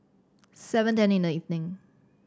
seven ten in the evening